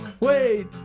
Wait